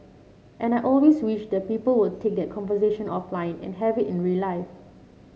and I always wish that people would take that conversation offline and have it in real life